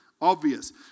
obvious